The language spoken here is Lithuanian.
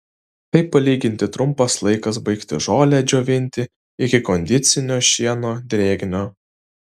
tai palyginti trumpas laikas baigti žolę džiovinti iki kondicinio šieno drėgnio